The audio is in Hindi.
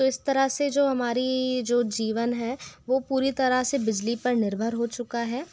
तो इस तरह से जो हमारी जो जीवन है वो पूरी तरह से बिजली पर निर्भर हो चुका है